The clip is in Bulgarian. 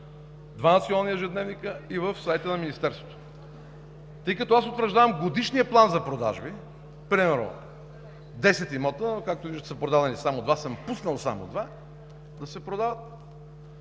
два национални ежедневника и на сайта на Министерството. Тъй като аз утвърждавам годишния план за продажби – примерно десет имота, както виждате, продадени са само два, пуснал съм само два да се продават.